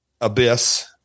Abyss